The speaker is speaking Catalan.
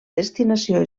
destinació